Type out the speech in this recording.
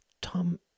Tom